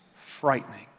frightening